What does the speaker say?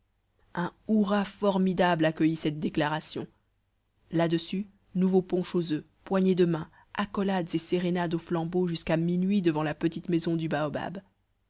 un hourra formidable accueillit cette déclaration là-dessus nouveau punch aux oeufs poignées de mains accolades et sérénade aux flambeaux jusqu'à minuit devant la petite maison du baobab